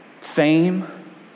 fame